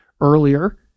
earlier